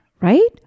right